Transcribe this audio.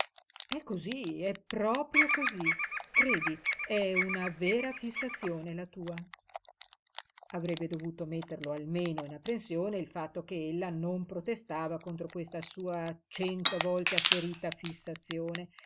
è cosí è proprio cosí credi è una vera fissazione la tua avrebbe dovuto metterlo almeno in apprensione il fatto che ella non protestava contro questa sua cento volte asserita fissazione